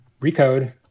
Recode